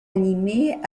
animée